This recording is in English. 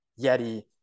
Yeti